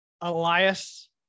Elias